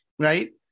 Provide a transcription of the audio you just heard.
Right